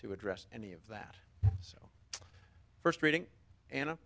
to address any of that so first reading an